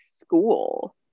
school